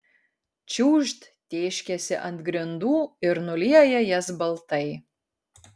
čiūžt tėškiasi ant grindų ir nulieja jas baltai